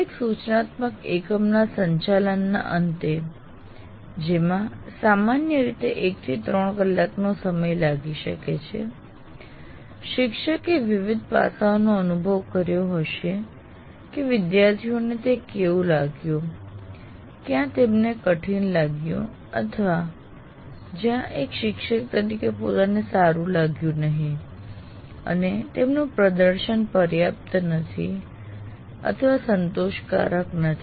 દરેક સૂચનાત્મક એકમના સંચાલનના અંતે જેમાં સામાન્ય રીતે 1 થી 3 કલાકનો સમય લાગી શકે છે શિક્ષકે વિવિધ પાસાઓનો અનુભવ કર્યો હશે કે વિદ્યાર્થીઓને તે કેવું લાગ્યું ક્યાં તેમને કઠિન લાગ્યું અથવા જ્યાં એક શિક્ષક તરીકે પોતાને સારું લાગ્યું નહીં અને તેમનું પ્રદર્શન પર્યાપ્તપર્યાપ્ત નથી અથવા સંતોષકારકસંતોષકારક નથી